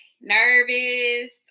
nervous